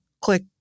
click